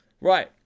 right